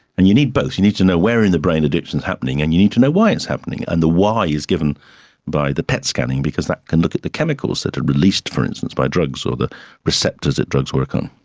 and you need both, you need to know where in the brain addiction is happening and you need to know why it's happening. and the why is given by the pet scanning because that can look at the chemicals that are released, for instance, by drugs or the receptors that drugs work on.